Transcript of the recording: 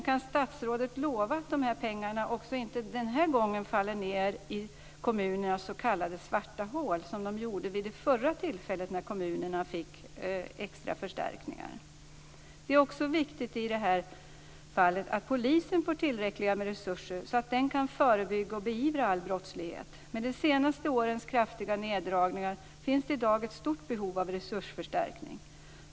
Kan statsrådet lova att inte dessa pengar också den här gången faller ned i kommunernas s.k. svarta hål, som de gjorde vid det förra tillfället när kommunerna fick extra förstärkningar? Det är också viktigt i det här fallet att polisen får tillräckliga resurser så att den kan förebygga och beivra all brottslighet. Efter de senaste årens kraftiga neddragningar finns det i dag ett stort behov av resursförstärkning.